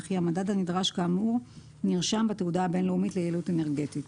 וכי המדד הנדרש כאמור נרשם בתעודה הבין-לאומית ליעילות אנרגטית: